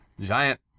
giant